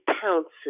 pounces